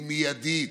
היא מיידית.